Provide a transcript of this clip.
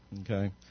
Okay